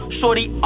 Shorty